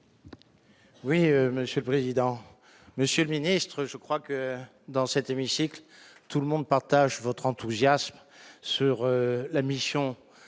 Oui, monsieur le président, Monsieur le ministre, je crois que dans cet hémicycle, tout le monde partage votre enthousiasme sur la mission des